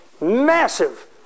Massive